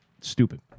stupid